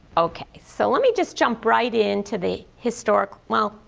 okay, so let me just jump right into the historical. well,